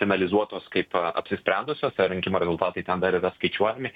analizuotos kaip apsisprendusios ar rinkimų rezultatai ten dar yra skaičiuojami